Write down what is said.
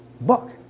book